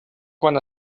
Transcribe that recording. quan